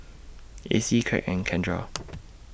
Acie Kraig and Kendra